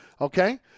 okay